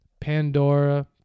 Pandora